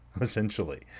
essentially